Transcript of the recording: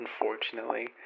unfortunately